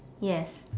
yes